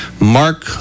Mark